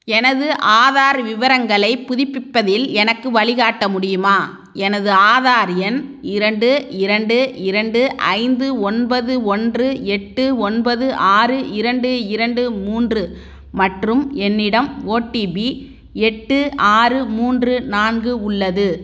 எனது ஆதார் விவரங்களைப் புதுப்பிப்பதில் எனக்கு வழிகாட்ட முடியுமா எனது ஆதார் எண் இரண்டு இரண்டு இரண்டு ஐந்து ஒன்பது ஒன்று எட்டு ஒன்பது ஆறு இரண்டு இரண்டு மூன்று மற்றும் என்னிடம் ஓடிபி எட்டு ஆறு மூன்று நான்கு உள்ளது